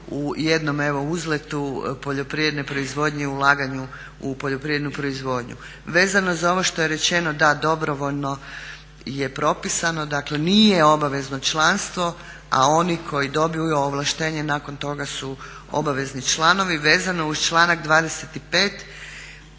u jednom uzletu poljoprivredne proizvodnje i ulaganju u poljoprivrednu proizvodnju. Vezano za ovo što je rečeno da dobrovoljno je propisano, dakle nije obavezno članstvo, a oni koji dobiju ovlaštenje nakon toga su obavezni članovi. Vezano uz članak